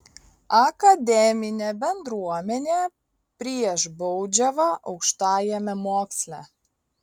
akademinė bendruomenė prieš baudžiavą aukštajame moksle